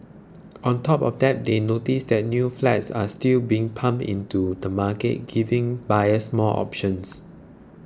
on top of that they notes that new flats are still being pumped into the market giving buyers more options